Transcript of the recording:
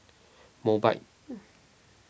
Mobike